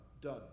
done